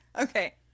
Okay